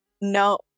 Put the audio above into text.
no